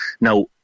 Now